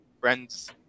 friends